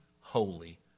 holy